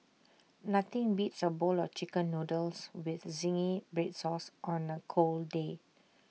nothing beats A bowl of Chicken Noodles with Zingy Red Sauce on A cold day